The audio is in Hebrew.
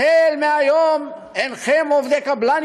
החל מהיום אינכם עובדי קבלן,